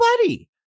buddy